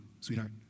sweetheart